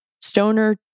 stoner